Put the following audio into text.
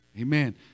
Amen